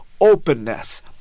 openness